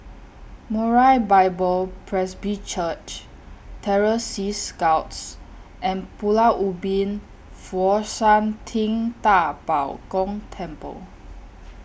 Moriah Bible Presby Church Terror Sea Scouts and Pulau Ubin Fo Shan Ting DA Bo Gong Temple